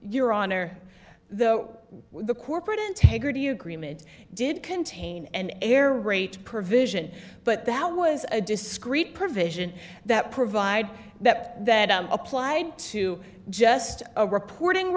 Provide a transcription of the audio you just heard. your honor though the corporate integrity agreement did contain an error rate provision but that was a discrete provision that provides that that applied to just a reporting